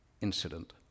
incident